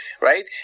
right